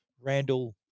Randall